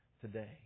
today